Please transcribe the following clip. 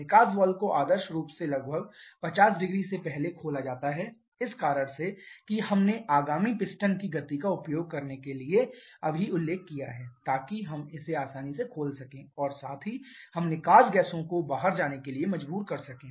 निकास वाल्व को आदर्श रूप से लगभग 500 से पहले खोला जाता है इस कारण से कि हमने आगामी पिस्टन की गति का उपयोग करने के लिए अभी उल्लेख किया है ताकि हम इसे आसानी से खोल सकें और साथ ही हम निकास गैसों को बाहर जाने के लिए मजबूर कर सकें